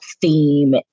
theme